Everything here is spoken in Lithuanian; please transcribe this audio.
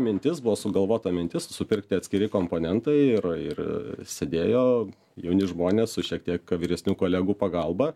mintis buvo sugalvota mintis supirkti atskiri komponentai ir ir sėdėjo jauni žmonės su šiek tiek vyresnių kolegų pagalba